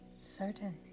certain